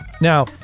Now